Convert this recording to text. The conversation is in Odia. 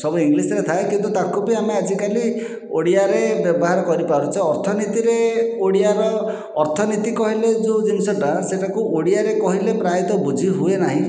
ସବୁ ଇଂଲିଶରେ ଥାଏ କିନ୍ତୁ ତାକୁ ବି ଆମେ ଆଜିକାଲି ଓଡ଼ିଆରେ ବ୍ୟବହାର କରିପାରୁଛେ ଅର୍ଥନୀତିରେ ଓଡ଼ିଆର ଅର୍ଥନୀତି କହିଲେ ଯେଉଁ ଜିନିଷଟା ସେହିଟାକୁ ଓଡ଼ିଆରେ କହିଲେ ପ୍ରାୟତଃ ବୁଝି ହୁଏନାହିଁ